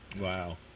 Wow